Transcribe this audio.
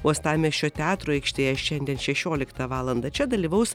uostamiesčio teatro aikštėje šiandien šešioliktą valandą čia dalyvaus